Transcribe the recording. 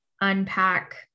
unpack